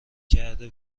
کرده